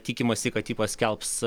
tikimasi kad ji paskelbs